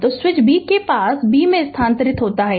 तो switch B के पास B से स्थानांतरित होता है